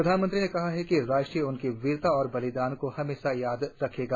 प्रधानमंत्री ने कहा कि राष्ट्र उनकी वीरता और बलिदान को हमेशा याद रखेगा